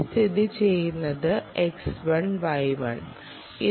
ഇത് സ്ഥിതിചെയ്യുന്നത് ഇത്